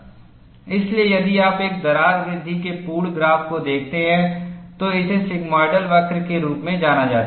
इसलिए यदि आप एक दरार वृद्धि के पूर्ण ग्राफको देखते हैं तो इसे सिग्मोइडल वक्र के रूप में जाना जाता है